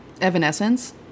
Evanescence